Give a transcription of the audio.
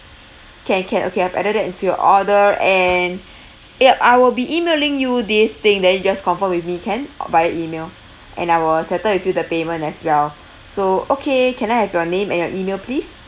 can can okay I've added that into your order and yup I will be emailing you this thing then you just confirm with me can via email and I will settle with you the payment as well so okay can I have your name and your email please